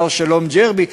שר-שלום ג'רבי,